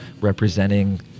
representing